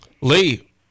Lee